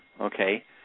okay